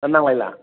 ना नांलायला